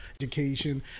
education